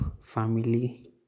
family